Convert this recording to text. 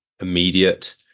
immediate